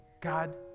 God